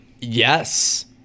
Yes